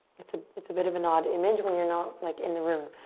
it's ah it's a bit of an odd image when you're not like in the room